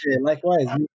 Likewise